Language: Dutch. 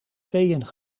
tweeën